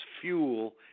fuel